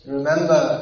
Remember